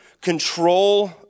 control